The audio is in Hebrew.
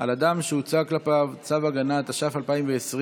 על אדם שהוצא כלפיו צו הגנה), התש"ף 2020,